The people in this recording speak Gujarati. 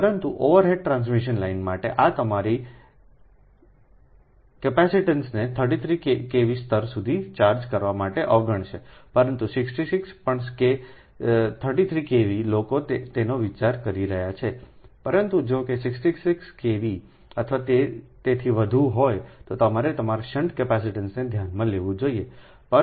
પરંતુ ઓવરહેડ ટ્રાન્સમિશન લાઇન માટે આ તમારા કેંટિસિટન્સને 33 KV સ્તર સુધી ચાર્જ કરવા માટે અવગણશે પરંતુ 66 પણ K 33 KV લોકો તેનો વિચાર કરી રહ્યા છે પરંતુ જો તે 66 KV અથવા તેથી વધુ હોય તો તમારે તમારા શંટ કેપેસિટેન્સને ધ્યાનમાં લેવું જોઈએ